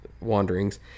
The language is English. wanderings